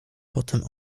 potem